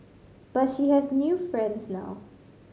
but she has new friends now